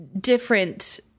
different